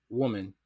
woman